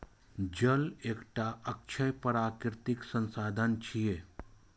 जल एकटा अक्षय प्राकृतिक संसाधन छियै